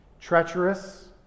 treacherous